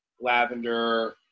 lavender